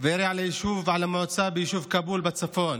ירי ביישוב כאבול בצפון